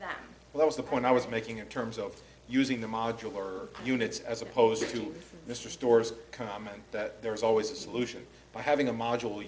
that was the point i was making in terms of using the modular units as opposed to mr store's comment that there is always a solution by having a module